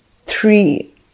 three